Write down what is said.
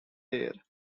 there